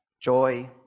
joy